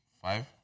five